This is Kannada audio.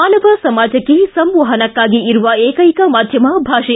ಮಾನವ ಸಮಾಜಕ್ಕೆ ಸಂವಹನಕ್ಕಾಗಿ ಇರುವ ಏಕೈಕ ಮಾಧ್ಯಮ ಭಾಷೆ